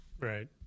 Right